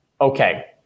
Okay